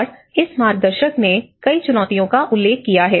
और इस मार्गदर्शक ने कई चुनौतियों का उल्लेख किया है